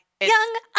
Young